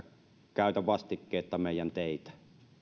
käytä vastikkeetta meidän teitä